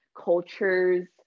Cultures